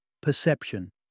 perception